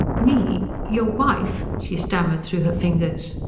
me. your wife? she stammered through her fingers.